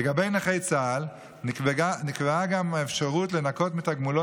לנכה צה"ל נקבעה גם האפשרות לנכות מתגמולו,